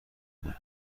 بود